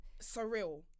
Surreal